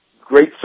great